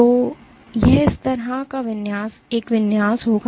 तो यह इस तरह एक विन्यास होगा